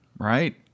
right